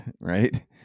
right